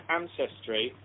ancestry